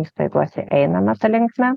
įstaigose einama ta linkme